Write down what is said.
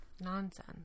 Nonsense